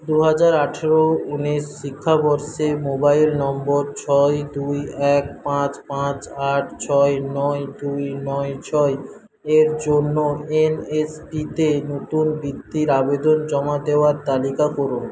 দুহাজার আঠারো ঊনিশ শিক্ষাবর্ষে মোবাইল নম্বর ছয় দুই এক পাঁচ পাঁচ আট ছয় নয় দুই নয় ছয় এর জন্য এনএসপিতে নতুন বৃত্তির আবেদন জমা দেওয়ার তালিকা করুন